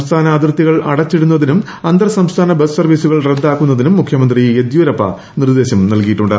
സംസ്ഥാന അതിർത്തികൾ അടച്ചിടുന്നതിസ്റ്റുപ്പി അന്തർസംസ്ഥാന ബസ് സർവ്വീസുകൾ റദ്ദാക്കുന്നതിനുടി മുഖ്യമന്ത്രി യദ്യൂരപ്പ നിർദ്ദേശം നൽകിയിട്ടുണ്ട്